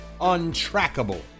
untrackable